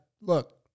look